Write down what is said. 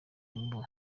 umubu